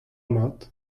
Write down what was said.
mat